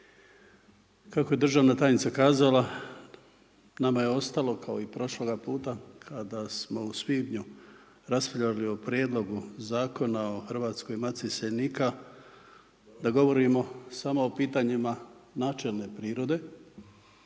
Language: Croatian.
Kako je državna tajnica kazala nama je ostalo kao i prošloga puta kada smo u svibnju raspravljali o Prijedlogu zakona o Hrvatskoj matici iseljenika da govorimo samo o pitanjima načelne prirode